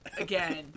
again